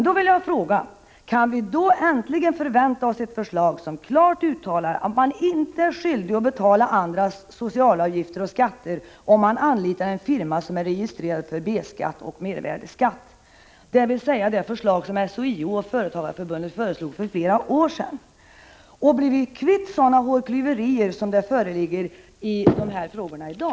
Då vill jag fråga: Kan vi äntligen förvänta oss ett förslag där det klart uttalas att man inte är skyldig att betala andras socialavgifter och skatter om man anlitar en firma som är registrerad för B-skatt och mervärdeskatt, dvs. det förslag som SHIO och Företagarförbundet lade fram för flera år sedan? Blir vi kvitt alla hårklyverier som finns i dag?